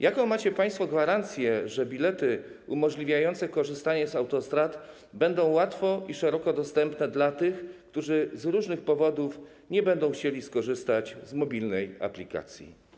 Jaką macie państwo gwarancję, że bilety umożliwiające korzystanie z autostrad będą łatwo i szeroko dostępne dla tych, którzy z różnych powodów nie będą chcieli skorzystać z mobilnej aplikacji?